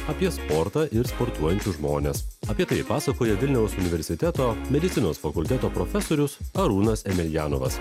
apie sportą ir sportuojančius žmones apie tai pasakoja vilniaus universiteto medicinos fakulteto profesorius arūnas emeljanovas